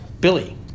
Billy